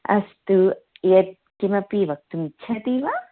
अस्तु यत् किमपि वक्तुम् इच्छति वा